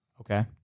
Okay